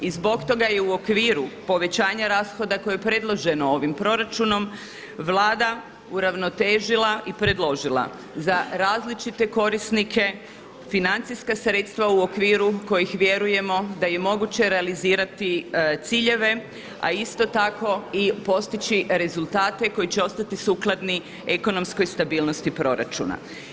I zbog toga je u okviru povećanja rashoda koje je predloženo ovim proračun Vlada uravnotežila i predložila za različite korisnike financijska sredstva u okviru kojih vjerujemo da je moguće realizirati ciljeve, a isto tako i postići rezultate koji će ostati sukladni ekonomskoj stabilnosti proračuna.